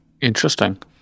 interesting